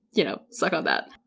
you know, suck on that.